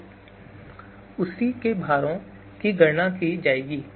तो उसी से इन भारों की गणना की जाएगी